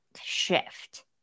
shift